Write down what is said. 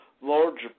larger